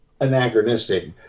anachronistic